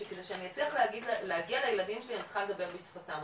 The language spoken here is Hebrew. שכדי שאני אצליח להגיע לילדים שלי אני צריכה לדבר בשפתם.